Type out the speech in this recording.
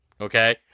okay